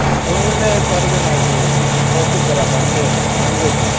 ଛୁଇଁଲେ କରିବେ ନାହିଁକି ପଶୁ ପରା ତାଙ୍କେ ମାନିବେ କି